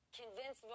convince